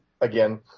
again